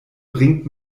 bringt